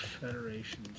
Federation